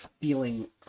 feeling